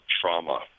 trauma